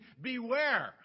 Beware